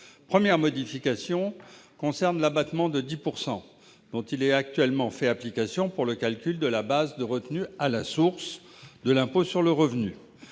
première modification concerne les abattements de 10 % dont il est actuellement fait application pour le calcul de la base de la retenue à la source de l'impôt sur le revenu.